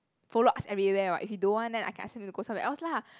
follow us everywhere [what] if you don't want then I can ask them to go somewhere else lah